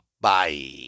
Bye